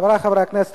חברי חברי הכנסת,